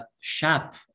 SHAP